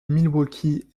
milwaukee